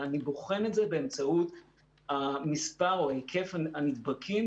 אני בוחן את זה באמצעות מספר או היקף הנדבקים